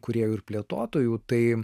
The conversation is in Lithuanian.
kūrėjų ir plėtotojų tai